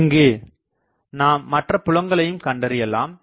இங்கு நாம் மற்ற புலங்களையும் கண்டறியலாம்